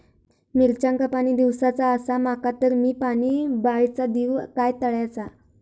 मिरचांका पाणी दिवचा आसा माका तर मी पाणी बायचा दिव काय तळ्याचा?